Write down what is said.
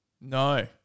No